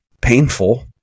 painful